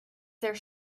there